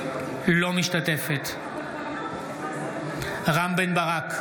משתתפת בהצבעה רם בן ברק,